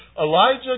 Elijah